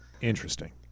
interesting